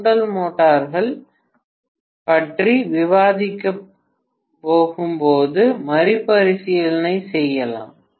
தூண்டல் மோட்டார்கள் பற்றி விவாதிக்கப் போகும்போது மறுபரிசீலனை செய்வோம்